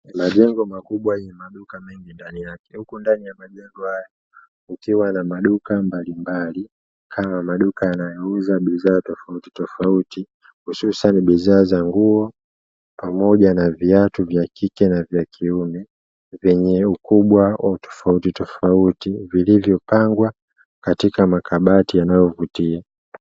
Majengo makubwa yenye maduka ndani yake huku ndani ya majengo haya kukiwa na maduka mbalimbali kama maduka yanayouza bidhaa tofautitofauti, hususani bidhaa za nguo pamoja na viatu vya kike na vya kiume vyenye ukubwa wa utofautitofauti zilizopangwa katika makabati yanayovutiwa.